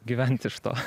gyvent iš to